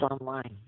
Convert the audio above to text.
online